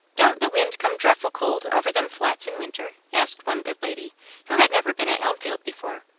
don't the wind come drefful cold over them flats in winter? asked one good lady who had never been at elmfield before.